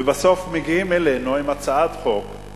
ובסוף מגיעים אלינו עם הצעת חוק,